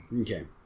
Okay